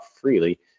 freely